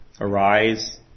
arise